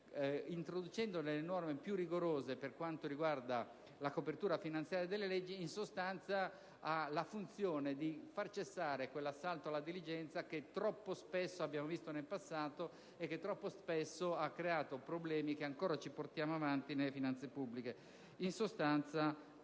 introducendo norme più rigorose per quanto riguarda la copertura finanziaria delle leggi; in sostanza, essa ha la funzione di far cessare quell'assalto alla diligenza che troppo spesso abbiamo visto in passato e che troppo spesso ha creato dei problemi che ancora ci portiamo avanti nelle finanze pubbliche.